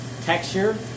Texture